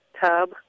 tub